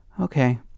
Okay